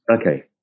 Okay